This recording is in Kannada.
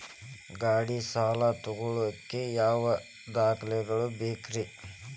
ಗಾಡಿ ಸಾಲ ತಗೋಳಾಕ ಯಾವ ದಾಖಲೆಗಳ ಬೇಕ್ರಿ?